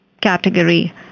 category